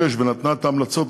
החקלאות,